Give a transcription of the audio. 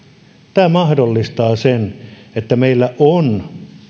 tämä mahdollistaa sen että meillä on